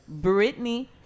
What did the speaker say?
Britney